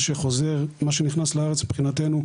מה שנכנס לארץ מבחינתנו,